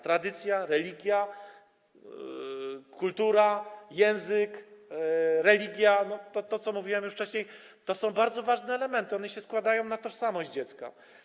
Tradycja, religia, kultura, język, religia, to, co mówiłem już wcześniej, to są bardzo ważne elementy, one się składają na tożsamość dziecka.